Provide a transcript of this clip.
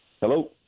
Hello